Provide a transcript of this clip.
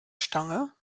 stange